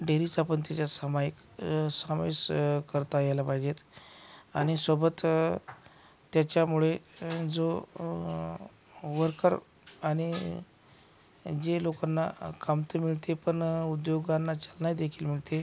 dairy संबंधीच्या सामायिक समावेश करता यायला पाहिजेत आणि सोबत त्याच्यामुळे जो वर्कर आणि जे लोकांना काम त मिळते ते पण उद्योगांना चालना देखील मिळते